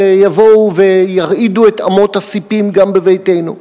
ויבואו וירעידו את אמות הסִפים גם בביתנו.